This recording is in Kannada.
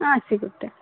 ಹಾಂ ಸಿಗುತ್ತೆ